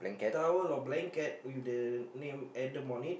towel or blanket with the name Adam on it